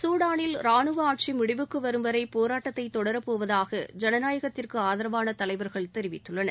சூடானில் ராணுவ ஆட்சி முடிவுக்கு வரும் வரை போராட்டத்தை தொடரப்போவதாக ஜனநாயகத்திற்கு ஆதரவான தலைவர்கள் தெரிவித்துள்ளனர்